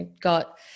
got